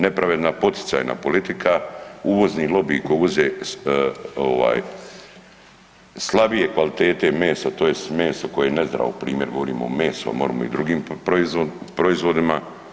Nepravedna poticajna politika, uvozni lobiji koji uvoze slabije kvalitete meso tj. meso koje je nezdravo, primjer govorimo o mesu, a moremo i o drugim proizvodima.